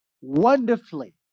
wonderfully